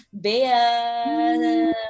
Bea